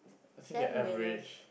Sam-Willows